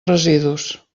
residus